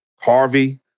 Harvey